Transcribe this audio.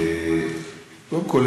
קודם כול,